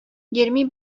yirmi